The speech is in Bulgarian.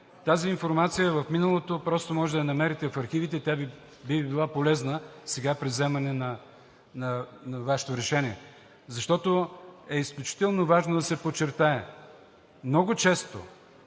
Тази информация в миналото може да я намерите в архивите. Тя би Ви била полезна сега при вземане на Вашето решение, защото е изключително важно да се подчертае – много често